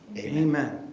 amen.